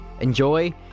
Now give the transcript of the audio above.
Enjoy